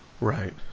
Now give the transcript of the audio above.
Right